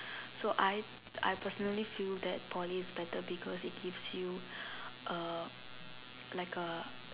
so I I personally feel that Poly is better because it gives you a like a